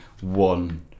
one